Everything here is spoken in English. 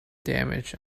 damage